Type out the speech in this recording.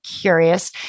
curious